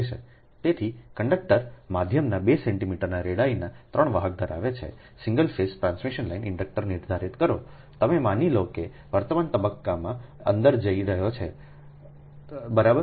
તેથી કંડક્ટર માધ્યમમાં 2 સેન્ટિમીટર રેડીઆઈના 3 વાહક ધરાવતા સિંગલ ફેઝ ટ્રાન્સમિશન લાઇનના ઇન્ડક્ટન્સને નિર્ધારિત કરો તમે માની લો કે વર્તમાન તબક્કામાં અંદર જઈ રહ્યો છે બરાબર